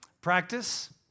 Practice